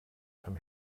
from